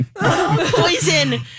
Poison